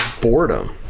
boredom